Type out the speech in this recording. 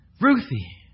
Ruthie